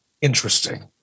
interesting